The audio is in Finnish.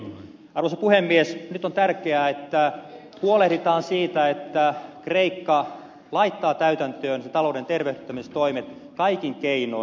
nyt on tärkeää että huolehditaan siitä että kreikka laittaa täytäntöön talouden tervehdyttämistoimet kaikin keinoin